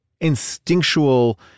instinctual